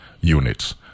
Units